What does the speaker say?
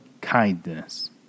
kindness